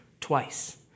twice